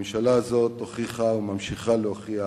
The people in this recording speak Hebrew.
ממשלה זו הוכיחה וממשיכה להוכיח,